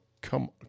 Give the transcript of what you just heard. come